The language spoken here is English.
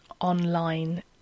online